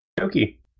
Okay